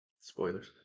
Spoilers